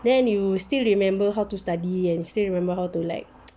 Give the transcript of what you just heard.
then you still remember how to study and still remember how to like